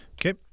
Okay